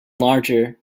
larger